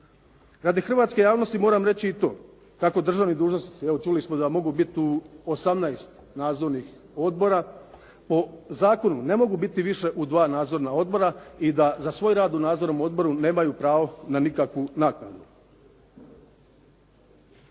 Radi hrvatske javnosti moram reći i to kako državni dužnosnici, evo čuli smo da mogu bit u 18 nadzornih odbora, po zakonu ne mogu biti više u dva nadzorna odbora i da za svoj rad u nadzornom odboru nemaju pravo na nikakvu naknadu.